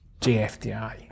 JFDI